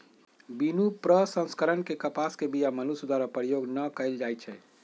बिनु प्रसंस्करण के कपास के बीया मनुष्य द्वारा प्रयोग न कएल जाइ छइ